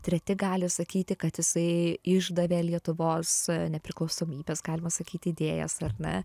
treti gali sakyti kad jisai išdavė lietuvos nepriklausomybės galima sakyt idėjas ar ne